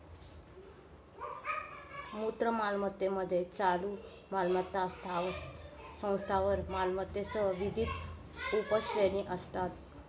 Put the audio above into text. मूर्त मालमत्तेमध्ये चालू मालमत्ता आणि स्थावर मालमत्तेसह विविध उपश्रेणी असतात